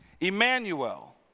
Emmanuel